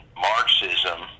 Marxism